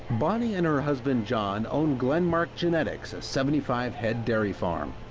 bonnie and her husband john own glenmark genetics. a seventy five head dairy farm.